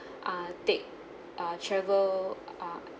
uh take uh travel uh